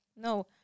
No